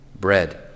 bread